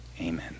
Amen